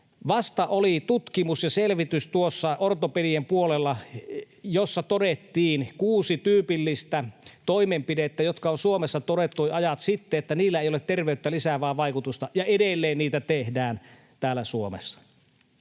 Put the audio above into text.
puolella tutkimus ja selvitys, jossa todettiin kuusi tyypillistä toimenpidettä, joista on Suomessa todettu jo ajat sitten, että niillä ei ole terveyttä lisäävää vaikutusta, ja edelleen niitä tehdään täällä Suomessa.